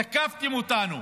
תקפתם אותנו,